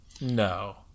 No